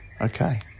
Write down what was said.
Okay